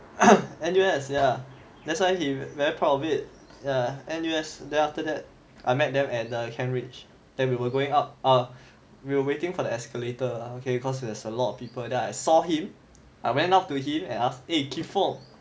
N_U_S ya that's why he very proud of it ya N_U_S then after that I met them at the kent ridge then we were going up err we were waiting for the escalator okay you cause there's a lot of people then I saw him I went up to him and asked eh kee fong